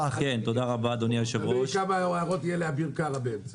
תלוי כמה הערות יהיו לאביר קארה באמצע.